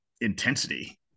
intensity